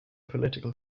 political